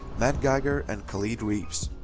matt geiger and khalid reeves.